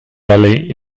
belly